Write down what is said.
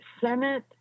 Senate